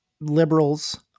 liberals